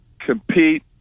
compete